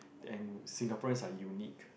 and Singaporeans are unique